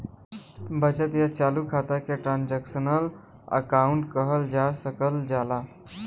बचत या चालू खाता के ट्रांसक्शनल अकाउंट कहल जा सकल जाला